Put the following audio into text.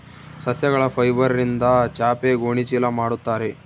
ಸಸ್ಯಗಳ ಫೈಬರ್ಯಿಂದ ಚಾಪೆ ಗೋಣಿ ಚೀಲ ಮಾಡುತ್ತಾರೆ